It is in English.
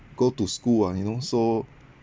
go to school ah you know so